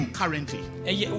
currently